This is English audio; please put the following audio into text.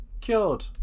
cured